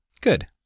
Good